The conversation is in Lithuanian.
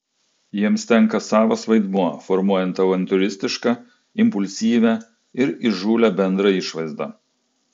jiems tenka savas vaidmuo formuojant avantiūristišką impulsyvią ir įžūlią bendrą išvaizdą